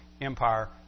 Empire